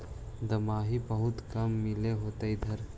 दमाहि बहुते काम मिल होतो इधर?